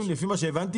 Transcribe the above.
לפי מה שהבנתי,